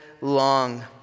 long